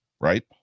right